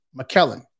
mckellen